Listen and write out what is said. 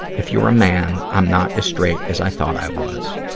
if you're a man, i'm not as straight as i thought i was.